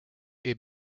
est